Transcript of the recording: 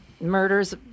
murders